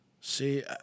See